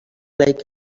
like